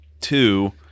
two